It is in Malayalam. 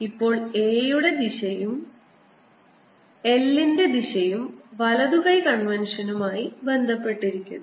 ഇപ്പോൾ A യുടെ ദിശയും l ൻറെ ദിശയും വലതു കൈ കൺവെൻഷനുമായി ബന്ധപ്പെട്ടിരിക്കുന്നു